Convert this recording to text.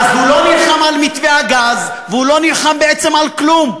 אז הוא לא נלחם על מתווה הגז והוא לא נלחם בעצם על כלום.